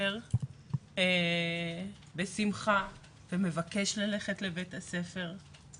הספר בשמחה ומבקש ללכת לבית הספר.